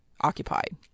occupied